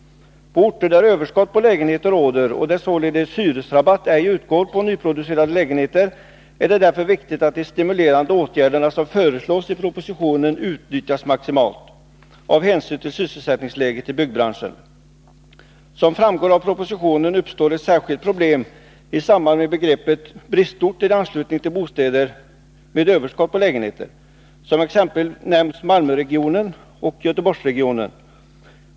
På orter där överskott på lägenheter råder och där således hyresrabatt ej utgår på nyproducerade lägenheter är det därför viktigt att de stimulerande åtgärder som föreslås i propositionen utnyttjas maximalt, av hänsyn till sysselsättningsläget i byggbranschen. Som framgår av propositionen uppstår ett särskilt problem i samband med begreppet bristort i anslutning till orter med överskott på lägenheter. Som exempel nämns Malmöregionen och Göteborgsregionen.